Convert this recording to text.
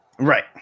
Right